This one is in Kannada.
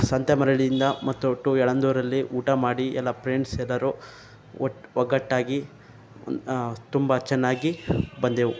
ಸಂತೇಮಾರಳ್ಳಿಯಿಂದ ಮತ್ತು ಟು ಯಳಂದೂರಲ್ಲಿ ಊಟ ಮಾಡಿ ಎಲ್ಲ ಪ್ರೆಂಡ್ಸ್ ಎಲ್ಲರು ಒಟ್ಟು ಒಗ್ಗಟ್ಟಾಗಿ ಒಂದ್ ತುಂಬ ಚೆನ್ನಾಗಿ ಬಂದೆವು